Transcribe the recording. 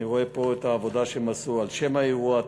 אני רואה פה את העבודה שהם עשו: על שם האירוע,